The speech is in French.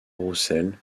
roussel